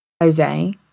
Jose